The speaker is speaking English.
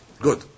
Good